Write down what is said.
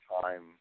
time